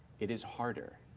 it is harder,